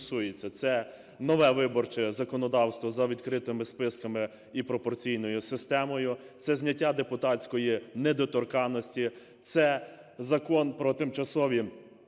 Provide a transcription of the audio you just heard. це нове виборче законодавство за відкритими списками і пропорційною системою, це зняття депутатської недоторканності, це Закон про тимчасові